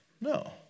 No